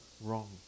wrong